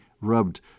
rubbed